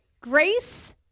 Grace